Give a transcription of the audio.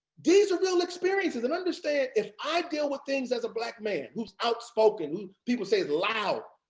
these are real experiences, and understand, if i deal with things as a black man, who's outspoken, who people say is loud,